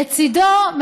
לצידו,